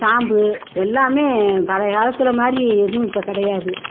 stamp எல்லாமே பழைய காலத்துல மாரி எதுவும் இப்போ கிடையாது